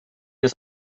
ist